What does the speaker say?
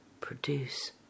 produce